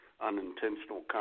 unintentional